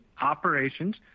operations